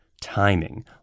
timing